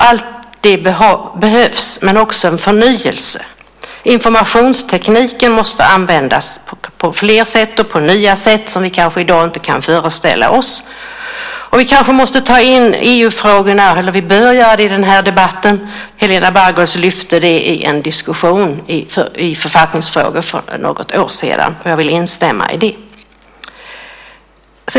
Allt det behövs, men det behövs också förnyelse. Informationstekniken måste användas på fler sätt och på nya sätt som vi i dag kanske inte kan föreställa oss. Vi kanske bör ta in EU-frågorna i debatten. Helena Bargholtz lyfte fram det i en diskussion om författningsfrågor för något år sedan. Jag vill instämma i det.